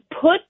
put